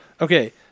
Okay